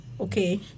okay